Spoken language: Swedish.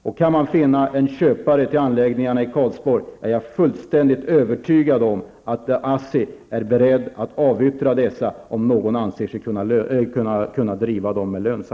Om man kan finna en köpare till anläggningarna i Karlsborg och om någon anser sig kunna driva dem med lönsamhet är jag fullständigt övertygad om att ASSI är beredd att avyttra dessa.